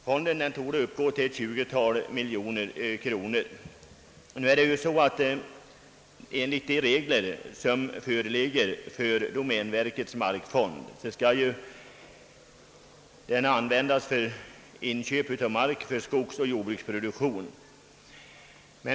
Fonden torde uppgå till ett 20-tal miljoner kronor. Enligt de regler som föreligger för domänverkets markfond skall denna nyttjas för inköp av mark för skogsoch jordbruksproduktion.